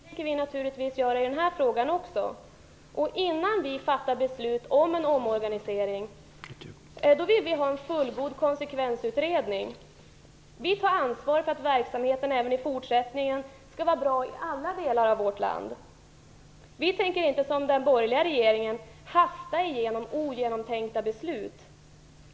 Herr talman! Vi socialdemokrater är kända för att ta ansvar, och det tänker vi naturligtvis göra i den här frågan också. Innan vi fattar beslut om en omorganisering vill vi ha en fullgod konsekvensutredning. Vi tar ansvar för att verksamheten även i fortsättningen skall vara bra i alla delar av vårt land. Vi tänker inte som den borgerliga regeringen hasta igenom ogenomtänkta beslut.